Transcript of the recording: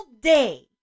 day